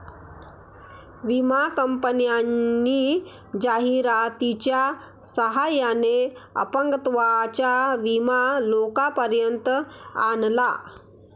विमा कंपन्यांनी जाहिरातीच्या सहाय्याने अपंगत्वाचा विमा लोकांपर्यंत आणला